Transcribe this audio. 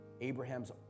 Abraham's